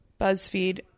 BuzzFeed